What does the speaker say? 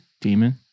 demon